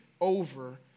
over